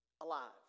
alive